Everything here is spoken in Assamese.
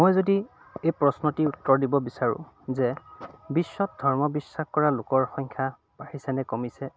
মই যদি এই প্ৰশ্নটিৰ উত্তৰ দিব বিচাৰোঁ যে বিশ্বত ধৰ্ম বিশ্বাস কৰা লোকৰ সংখ্যা বাঢ়িছেনে কমিছে